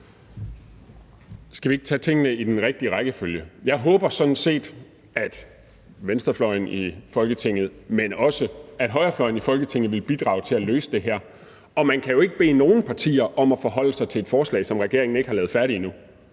Skal vi ikke tage tingene i den rigtige rækkefølge? Jeg håber sådan set, at venstrefløjen i Folketinget, men også højrefløjen, vil bidrage til at løse det her. Og man kan jo ikke bede nogen partier om at forholde sig til et forslag, som regeringen ikke har lavet færdigt endnu.